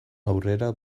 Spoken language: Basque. aurrera